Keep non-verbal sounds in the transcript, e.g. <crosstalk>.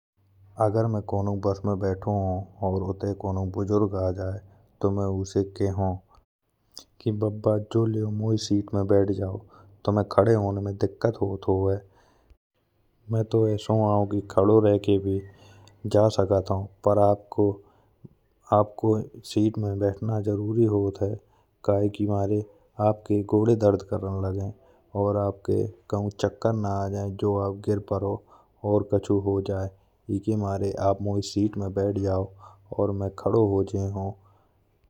अगर मइ कोनो बस में बैठो और उठे कोनो बुजुर्ग आ जाए। तो मइ उसे कहो की बाबा जो लेव मोइ सीट में बैठ जाओ तुम्हे खड़े होन में दिक्कत होत होइ। मइ तो ऐसो आउ की खाओ रहके भी जा साकर हो पर <hesitation> आपके सीट में बैठना जरूरी होत है। काहे के मारे आपकौ गोड़े दर्द करन लागह और आपकौ काहु चक्कर ना जाए। जो आप गिर पराओ और कछु हो जाए इके मारे आप मोइ सीट में बैठ जाओ और मइ खड़ो हो जेहो।